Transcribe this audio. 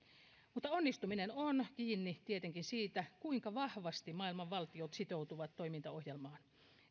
mutta onnistuminen on kiinni tietenkin siitä kuinka vahvasti maailman valtiot sitoutuvat toimintaohjelmaan